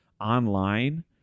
online